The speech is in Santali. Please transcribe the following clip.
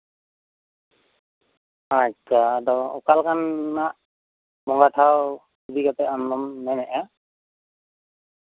ᱟᱪᱪᱷᱟ ᱟᱫᱚ ᱚᱠ ᱞᱮᱠᱟᱱ ᱵᱟᱫᱷᱟᱣ ᱤᱫᱤ ᱠᱟᱛᱮᱜ ᱟᱢ ᱫᱚᱢ ᱢᱮᱱᱮᱜᱼᱟ